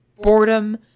boredom